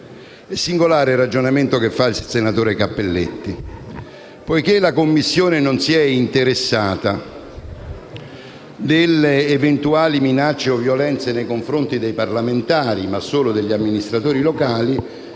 È singolare il ragionamento svolto dal senatore Cappelletti. Poiché la Commissione non si è interessata delle eventuali minacce o violenze nei confronti di parlamentari, ma solo degli amministratori locali,